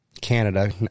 Canada